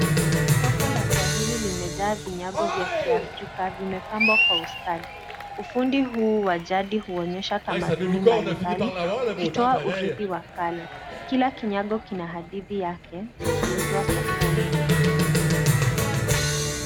Soko la swahili limejaa vinyago vya kiafrika vimepambwa kwa ustadi. Ufundi huu wa jadi huonyesha tamaduni mbalimbali ukitoa urithi wa kale. Kila kinyago kina hadithi yake vikiuzwa sokoni.